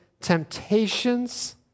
temptations